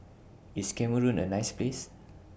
IS Cameroon A nice Place